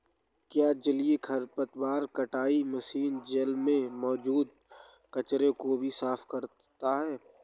क्या जलीय खरपतवार कटाई मशीन जल में मौजूद कचरे को भी साफ करता है?